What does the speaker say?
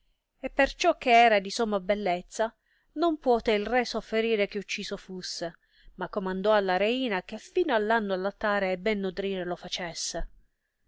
e perciò che era di somma bellezza non puote il re sofferire che ucciso fusse ma comandò alla reina che fino all anno allattare e ben nodrire lo facesse